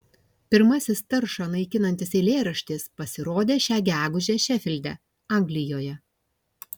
pirmasis taršą naikinantis eilėraštis pasirodė šią gegužę šefilde anglijoje